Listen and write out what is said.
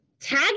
tag